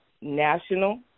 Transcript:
National